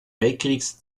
weltkrieges